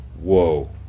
Whoa